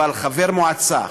אבל חבר מועצה,